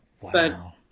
Wow